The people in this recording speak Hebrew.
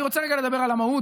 אני רוצה רגע לדבר על המהות,